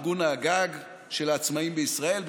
ארגון הגג של העצמאים בישראל,